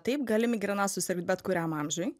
taip gali migrena susirgt bet kuriam amžiui